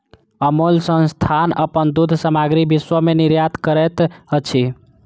अमूल संस्थान अपन दूध सामग्री विश्व में निर्यात करैत अछि